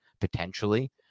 potentially